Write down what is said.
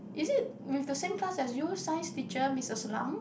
is it we had the same class as you science teacher Missus Lam